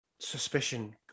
Suspicion